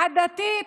עדתית,